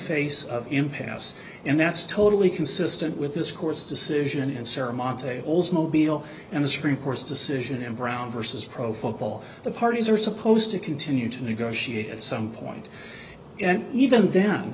face of impasse and that's totally consistent with this court's decision and sarah matteo oldsmobile and the supreme court's decision in brown vs pro football the parties are supposed to continue to negotiate at some point and even then